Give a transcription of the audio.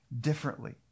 differently